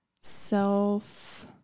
Self